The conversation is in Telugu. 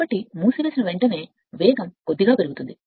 కాబట్టి కొంచెం మూసివేసిన వెంటనే అది వేగం కొద్దిగా పెరుగుతుంది